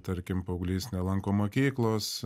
tarkim paauglys nelanko mokyklos